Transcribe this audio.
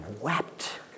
wept